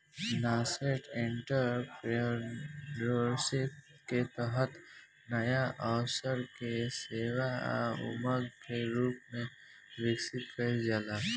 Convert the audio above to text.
nascent entrepreneurship के तहत नाया अवसर के सेवा आ उद्यम के रूप में विकसित कईल जाला